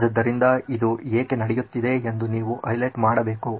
ಆದ್ದರಿಂದ ಇದು ಏಕೆ ನಡೆಯುತ್ತಿದೆಯೆಂದು ನೀವು ಹೈಲೈಟ್ ಮಾಡಬೇಕು